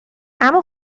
اما